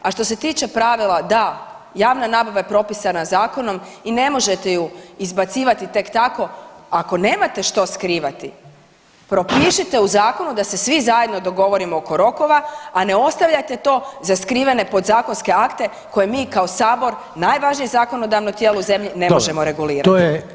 A što se tiče pravila, da, javna nabava je pripisana Zakonom i ne možete ju izbacivati tek tako, ako nemate što skrivati propišite u Zakonu da se svi zajedno dogovorimo oko rokova, a ne ostavljajte to za skrivene podzakonske akte, koje mi kao Sabor, najvažnije zakonodavno tijelo u zemlji ne možemo regulirati.